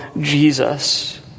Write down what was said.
Jesus